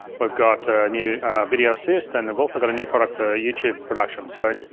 we've got a new video assist, and we've also got a new product for youtube production. so,